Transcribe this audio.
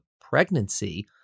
pregnancy